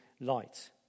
light